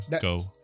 go